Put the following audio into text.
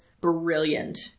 Brilliant